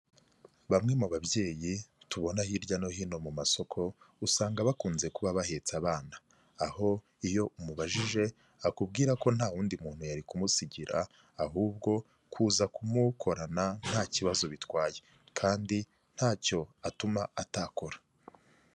Bamwe mu babyeyi tubona hirya no hino mu masoko, usanga bakunze kuba bahetse abana, aho iyo umubajije akubwira ko nta wundi muntu yari kumusigira, ahubwo kuza ku mukorana nta kibazo bitwaye kandi ntacyo atuma atakora.